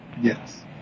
Yes